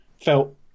felt